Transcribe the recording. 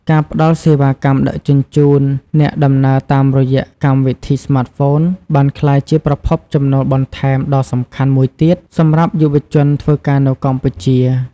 ការផ្តល់សេវាកម្មដឹកជញ្ជូនអ្នកដំណើរតាមរយៈកម្មវិធីស្មាតហ្វូនបានក្លាយជាប្រភពចំណូលបន្ថែមដ៏សំខាន់មួយទៀតសម្រាប់យុវជនធ្វើការនៅកម្ពុជា។